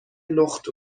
لخت